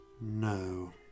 No